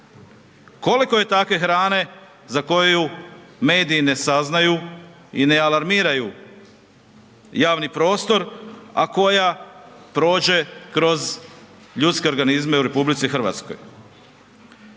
Koliko je takve hrane za koju mediji ne saznaju i ne alarmiraju javni prostor, a koja prođe kroz ljudske organizme u RH. Porazan je